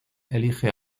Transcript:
elige